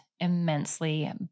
immensely